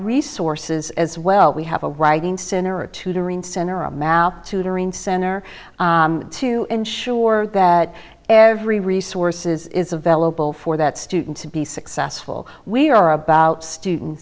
resources as well we have a writing center a tutoring center a mouth tutoring center to ensure that every resources is available for that student to be successful we are about student